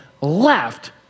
left